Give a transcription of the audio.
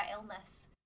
illness